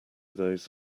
those